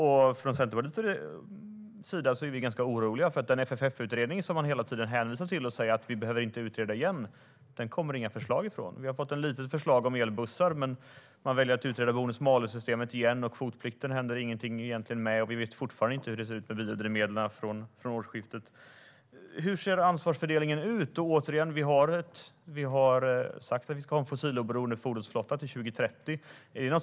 Vi från Centerpartiet är lite oroliga. Man hänvisar hela tiden till FFF-utredningen och säger att det inte behövs någon ytterligare utredning. Det har inte kommit något förslag från FFF-utredningen, annat än om elbussar. Men man väljer att utreda bonus-malus-systemet igen. Med kvotplikten händer ingenting. Vi vet fortfarande inte hur det blir med biodrivmedel efter årsskiftet. Hur ser ansvarsfördelningen ut? Det har sagts att vi ska ha en fossiloberoende fordonsflotta till 2030.